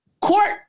court